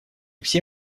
все